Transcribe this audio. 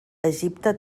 egipte